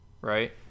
right